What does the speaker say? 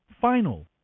final